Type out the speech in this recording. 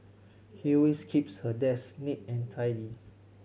he always keeps her desk neat and tidy